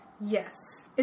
Yes